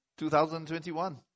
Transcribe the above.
2021